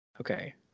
Okay